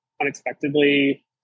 unexpectedly